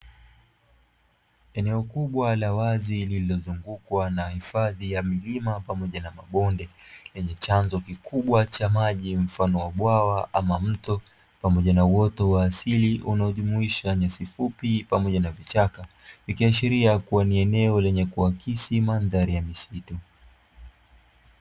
Eneo kubwa la wazi lililozungukwa na hifadhi ya milima pamoja na mabonde, lenye chanzo kikubwa cha maji mfano wa bwawa ama mto, pamoja na uoto wa asili unaojumuisha nyasi fupi pamoja na vichaka. Ikiashiria kuwa ni eneo lenye kuakisi mandhari ya misitu.